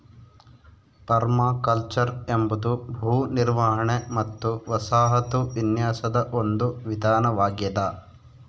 permaculture ಎಂಬುದು ಭೂ ನಿರ್ವಹಣೆ ಮತ್ತು ವಸಾಹತು ವಿನ್ಯಾಸದ ಒಂದು ವಿಧಾನವಾಗೆದ